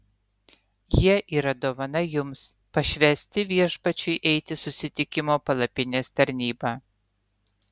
jie yra dovana jums pašvęsti viešpačiui eiti susitikimo palapinės tarnybą